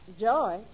Joy